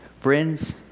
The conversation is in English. Friends